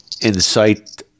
incite